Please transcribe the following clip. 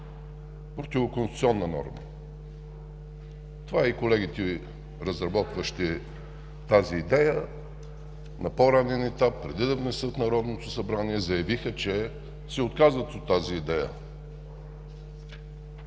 Противоконституционна норма. Това и колегите, разработващи идеята на по-ранен етап, преди да я внесат в Народното събрание, заявиха, че се отказват от тази идея.